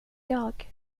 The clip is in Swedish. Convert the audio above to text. jag